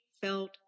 felt